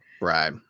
Right